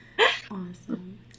Awesome